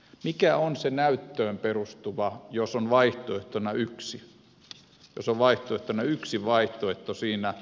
mikä on se näyttöön perustuva jos on vaihtoehtona yksi vaihtoehto siinä